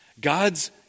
God's